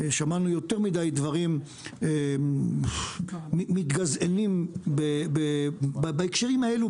שמענו יותר מדי דברים מתגזענים בהקשרים האלה,